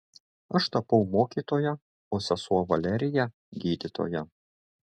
aš tapau mokytoja o sesuo valerija gydytoja